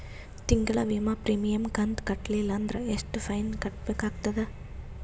ತಿಂಗಳ ವಿಮಾ ಪ್ರೀಮಿಯಂ ಕಂತ ಕಟ್ಟಲಿಲ್ಲ ಅಂದ್ರ ಎಷ್ಟ ಫೈನ ಕಟ್ಟಬೇಕಾಗತದ?